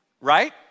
right